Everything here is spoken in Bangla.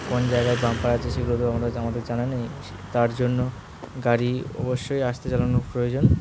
কোন জায়গায় বাম্পার আছে সেগুলো তো আমরা আমাদের জানা নেই তার জন্য গাড়ি অবশ্যই আসতে চালানোর প্রয়োজন